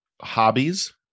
hobbies